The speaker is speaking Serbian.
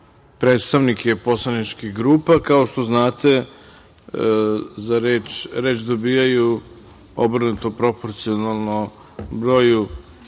predstavnike poslaničkih grupa. Kao što znate, reč dobijaju obrnuto proporcionalno broju